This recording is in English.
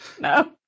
No